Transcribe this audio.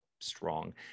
strong